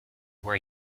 where